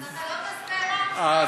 אז אתה לא טס ב"אל על"?